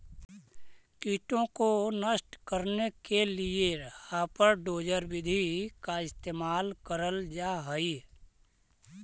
कीटों को नष्ट करने के लिए हापर डोजर विधि का इस्तेमाल करल जा हई